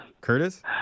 Curtis